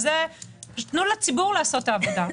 תנו לציבור לעשות את העבודה.